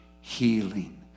healing